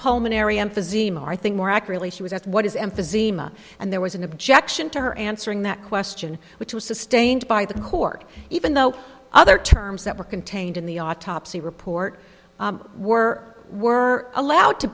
asked what is emphysema and there was an objection to her answering that question which was sustained by the court even though other terms that were contained in the autopsy report were were allowed to